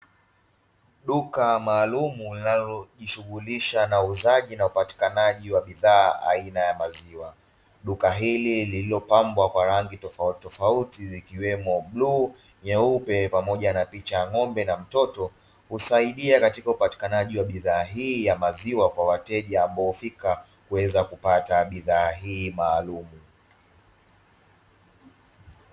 Duka maalumu linalo jishughulisha na uuzaji na upatikanaji wa bidhaa aina ya maziwa, duka hili lililopambwa kwa rangi tofautitofauti zikiwemo bluu, nyeupe pamoja na picha ya ng'ombe na mtoto husaidia katika upatikanaji wa bidhaa hii ya maziwa kwa wateja ambao hufika kuweza kupata bidhaa hii maalumu.